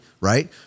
right